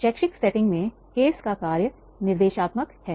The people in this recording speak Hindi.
एक शैक्षिक सेटिंग में केस का कार्य निर्देशात्मक है